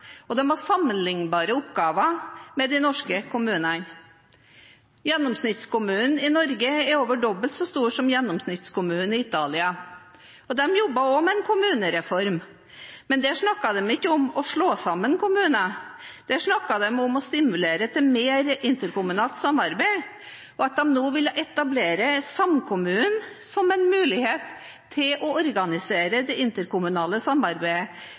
og de har sammenlignbare oppgaver med de norske kommunene. Gjennomsnittskommunen i Norge er over dobbelt så stor som gjennomsnittskommunen i Italia. De jobber også med en kommunereform, men der snakker de ikke om å slå sammen kommuner, der snakker de om å stimulere til mer interkommunalt samarbeid, og at de nå vil etablere samkommunen som en mulighet for å organisere det interkommunale samarbeidet,